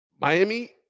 Miami